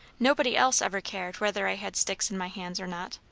nobody else ever cared whether i had sticks in my hands or not,